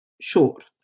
short